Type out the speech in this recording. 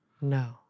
No